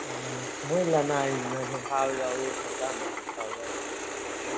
ꯎꯝ ꯃꯣꯏ ꯂꯅꯥꯏꯅꯁꯨ ꯐꯥꯕꯁꯨ ꯌꯥꯎꯋꯤ ꯁꯔꯀꯥꯔꯅꯁꯨ ꯐꯥꯕ ꯌꯥꯎꯋꯤ